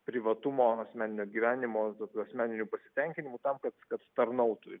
privatumo asmeninio gyvenimo tokių asmeninių pasitenkinimų tam kad kad tarnautų ir